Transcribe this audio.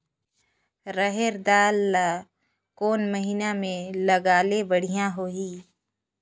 रहर दाल ला कोन महीना म लगाले बढ़िया होही?